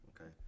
Okay